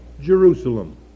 Jerusalem